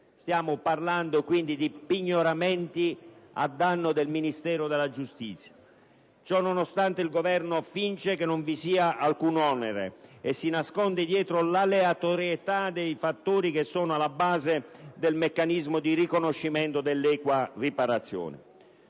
Stiamo parlando, ripeto, di pignoramenti a danno del Ministero della giustizia. Ciò nonostante, il Governo finge che non vi sia alcun onere e si nasconde dietro l'aleatorietà dei fattori che sono alla base del meccanismo di riconoscimento dell'equa riparazione.